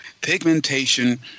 pigmentation